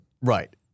Right